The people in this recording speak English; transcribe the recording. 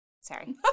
Sorry